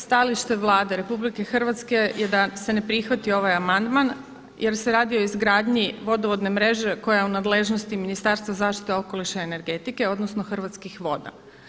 Stajalište Vlade RH je da se ne prihvati ovaj amandman jer se radi o izgradnji vodovodne mreže koja je u nadležnosti Ministarstva zaštite okoliša i energetike odnosno Hrvatskih voda.